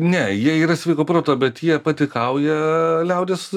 ne jie yra sveiko proto bet jie patikauja liaudies